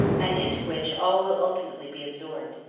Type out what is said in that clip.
and into which all will ultimately be absorbed.